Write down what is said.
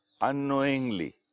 unknowingly